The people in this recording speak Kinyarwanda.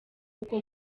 uko